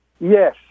Yes